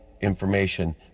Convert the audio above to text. information